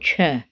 छः